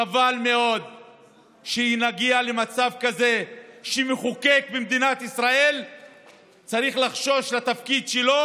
חבל מאוד שנגיע למצב כזה שמחוקק במדינת ישראל צריך לחשוש לתפקיד שלו